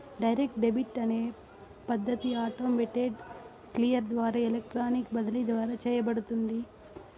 direct debit అనే పద్ధతి automated clear ద్వారా ఎలక్ట్రానిక్ బదిలీ ద్వారా చేయబడుతుంది